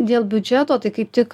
dėl biudžeto tai kaip tik